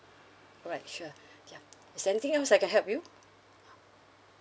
alright sure ya is there anything else I can help you ah